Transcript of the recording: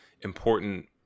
important